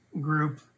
group